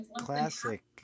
classic